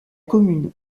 commune